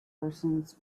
persons